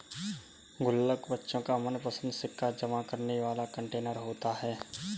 गुल्लक बच्चों का मनपंसद सिक्का जमा करने वाला कंटेनर होता है